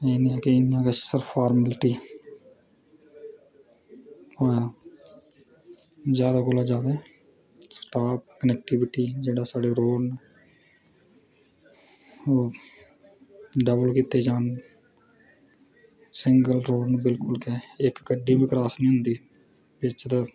नेईं नेईं किश निं सिर्फ फॉर्मेलिटी आं जादै कोला जादै स्टॉफ क्नेक्टीविटी जेह्ड़े साढ़े रोड़ न डबल कीते जान साढ़े रोड़ सिंगल न इक्क गड्डी निं क्रॉस होंदी बिच रोड़